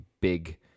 big